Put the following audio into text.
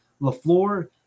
LaFleur